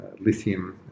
lithium